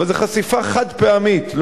אבל זו חשיפה חד-פעמית.